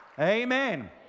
Amen